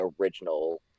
original